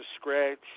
Scratch